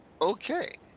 Okay